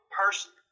person